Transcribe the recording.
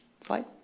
Slide